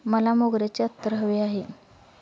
मला मोगऱ्याचे अत्तर हवे आहे